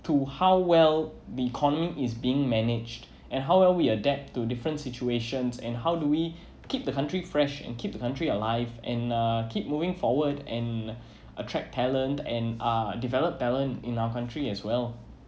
to how well the economy is being managed and how well we adapt to different situations and how do we keep the country fresh and keep the country alive and uh keep moving forward and attract talent and uh develop talent in our country as well